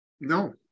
No